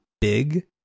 big